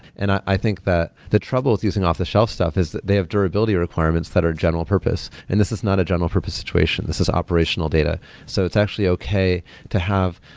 and i think that the trouble with using off the shelf stuff is that they have durability requirements that are general purpose. and this is not a general purpose situation. this is operational data so it's actually okay to have,